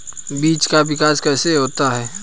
बीज का विकास कैसे होता है?